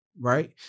right